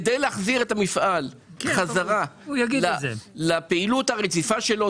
כדי להחזיר את המפעל בחזרה לפעילות הרציפה שלו,